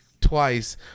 twice